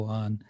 on